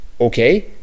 okay